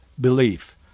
belief